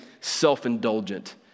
self-indulgent